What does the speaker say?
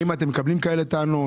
האם אתם מקבלים טענות כאלה?